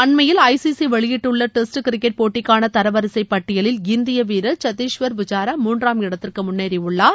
அண்மையில் I C C வெளியிட்டுள்ள test cricket போட்டிக்கான தரவரிசை பட்டியலில் இந்திய வீரர் சத்தீஷ்வர் புஜாரா மூன்றாம் இடத்திற்கு முன்னேறியுள்ளார்